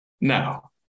now